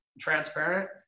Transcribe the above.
transparent